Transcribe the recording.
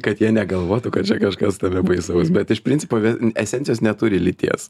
kad jie negalvotų kad čia kažkas tame baisaus bet iš principo esencijos neturi lyties